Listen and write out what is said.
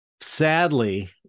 sadly